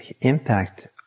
impact